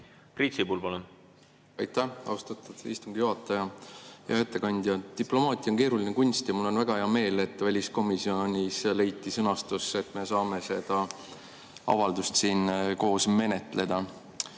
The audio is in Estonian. Priit Sibul, palun! Aitäh, austatud istungi juhataja! Hea ettekandja! Diplomaatia on keeruline kunst ja mul on väga hea meel, et väliskomisjonis leiti [sobiv] sõnastus ja me saame seda avaldust siin koos menetleda.